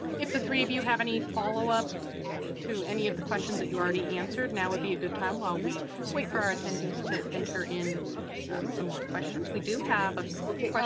if the three of you have any follow up to any of the questions that you already answered. now would be a good time while we wait for our attendees to enter in some more questions. we do have a okay. dorothy fry